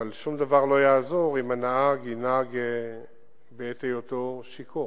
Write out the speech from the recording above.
אבל שום דבר לא יעזור אם הנהג ינהג בעת היותו שיכור.